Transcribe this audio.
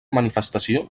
manifestació